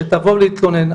שיבואו להתלונן.